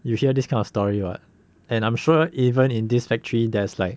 you hear this kind of story what and I'm sure even in this factory there's like